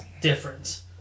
difference